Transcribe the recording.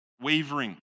wavering